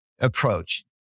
approach